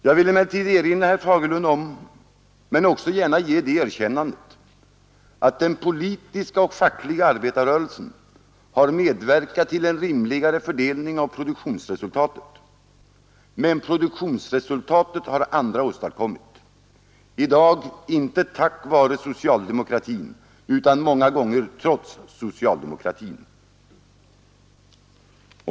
Jag vill gärna ge det erkännandet att den politiska och fackliga arbetarrörelsen har medverkat till en rimligare fördelning av produktionsresultatet, men jag vill erinra herr Fagerlund om att andra åstadkommit produktionsresultatet — i dag inte tack vare socialdemokratin utan många gånger trots socialdemokratin.